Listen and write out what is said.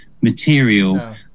material